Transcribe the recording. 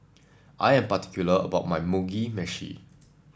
I am particular about my Mugi Meshi